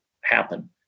happen